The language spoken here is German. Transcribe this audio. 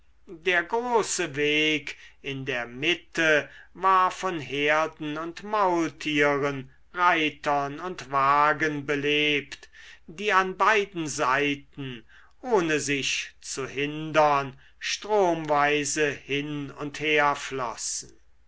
der große weg in der mitte war von herden und maultieren reitern und wagen belebt die an beiden seiten ohne sich zu hindern stromweise hin und herflossen